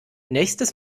nächstes